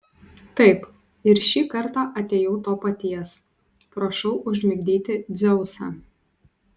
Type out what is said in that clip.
taip ir šį kartą atėjau to paties prašau užmigdyti dzeusą